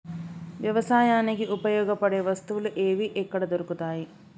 వ్యవసాయానికి ఉపయోగపడే వస్తువులు ఏవి ఎక్కడ దొరుకుతాయి?